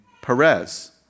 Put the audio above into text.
Perez